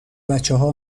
بچهها